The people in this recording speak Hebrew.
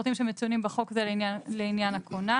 הפרטים שמצוינים בחוק זה לעניין הכונן.